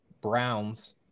Browns